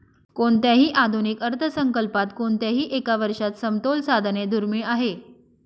कोणत्याही आधुनिक अर्थसंकल्पात कोणत्याही एका वर्षात समतोल साधणे दुर्मिळ आहे